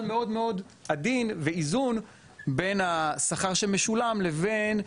מאוד מאוד עדין ואיזון בין השכר שמשולם לבין,